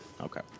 Okay